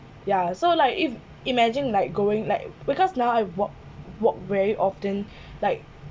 ya so like if imagine like going like because now I walk walk very often like